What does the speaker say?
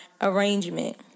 arrangement